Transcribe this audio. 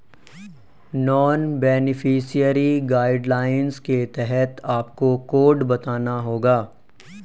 non beneficiary guidelines के तहत आपको कोड बताना होगा